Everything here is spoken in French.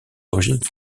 origines